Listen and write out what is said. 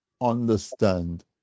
understand